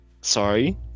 Sorry